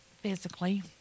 physically